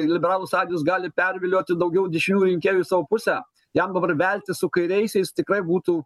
ir liberalų sąjūdis gali pervilioti daugiau dešiniųjų rinkėjų į savo pusę jam dabar veltis su kairiaisiais tikrai būtų